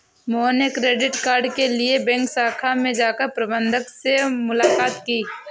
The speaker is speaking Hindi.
मोहन ने क्रेडिट कार्ड के लिए बैंक शाखा में जाकर प्रबंधक से मुलाक़ात की